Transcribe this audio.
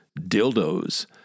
dildos